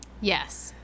Yes